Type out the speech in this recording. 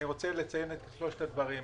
אני רוצה לתאם את שלושת הדברים האלה: